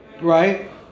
right